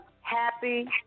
happy